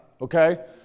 okay